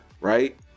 Right